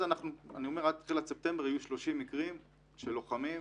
עד תחילת ספטמבר היו 30 מקרים של לוחמים,